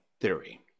theory